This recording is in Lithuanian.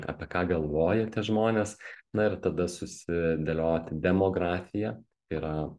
apie ką galvoja tie žmonės na ir tada susidėlioti demografiją yra